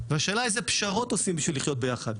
והשאלה היא איזה פשרות עושים בשביל לחיות ביחד.